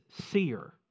seer